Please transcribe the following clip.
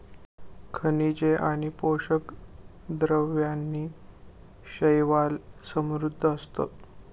खनिजे आणि पोषक द्रव्यांनी शैवाल समृद्ध असतं